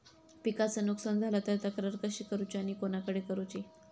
पिकाचा नुकसान झाला तर तक्रार कशी करूची आणि कोणाकडे करुची?